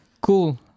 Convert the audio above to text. Cool